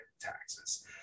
taxes